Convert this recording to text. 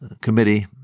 committee